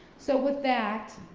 so with that,